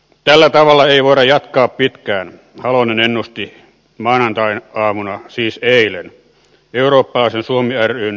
tällä tavalla ei voida jatkaa pitkään halonen ennusti maanantaiaamuna siis eilen eurooppalainen suomi ryn seminaarissa